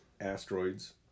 asteroids